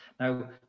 Now